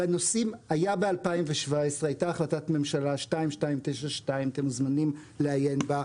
הייתה החלטת ממשלה 2292 אתם מוזמנים לעיין בה,